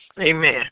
Amen